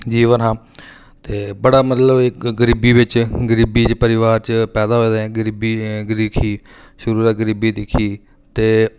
जीवन हा ते बड़ा मतलब इक गरीबी बिच गरीबी च परोआर च पैदा होए दे गरीबी दिक्खी शुरू दा गरीबी दिक्खी ते